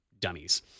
dummies